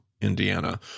indiana